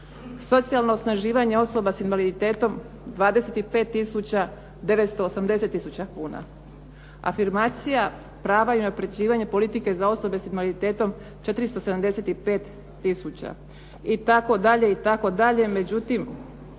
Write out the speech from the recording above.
Socijalno osnaživanja osoba s invaliditetom 25 tisuća, 980 tisuća kuna. Afirmacija prava i unapređivanja politike za osobe s invaliditetom 475 tisuća. I tako dalje i tako dalje, međutim